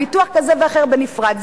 ביטוח כזה ואחר בנפרד,